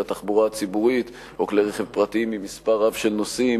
התחבורה הציבורית או כלי רכב פרטיים עם מספר רב של נוסעים,